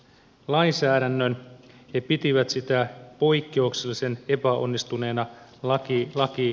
he pitivät sitä poikkeuksellisen epäonnistuneena lakihankkeena